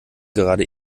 gerade